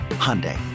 Hyundai